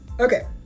Okay